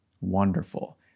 wonderful